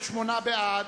בעד,